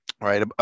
right